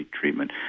treatment